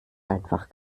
einfach